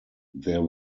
there